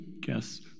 guess